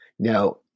Now